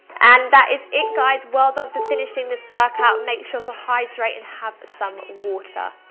and that is it guys, well done for finishing this workout. make sure to hydrate and have some water.